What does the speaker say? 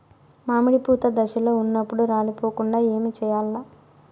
మామిడి పూత దశలో ఉన్నప్పుడు రాలిపోకుండ ఏమిచేయాల్ల?